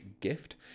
gift